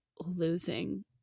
losing